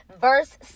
verse